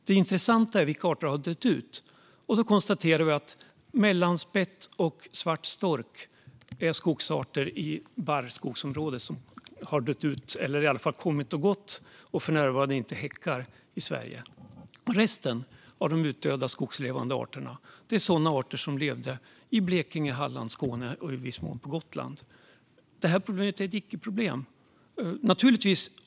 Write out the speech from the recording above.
Det intressanta är vilka arter som har dött ut, och då kan vi konstatera att mellanspett och svart stork är skogsarter i barrskogsområdet som har dött ut eller i alla fall kommit och gått och för närvarande inte häckar i Sverige. Resten av de utdöda skogslevande arterna är sådana arter som levde i Blekinge, Halland, Skåne och i viss mån på Gotland. Det här problemet är ett icke-problem.